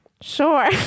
Sure